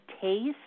taste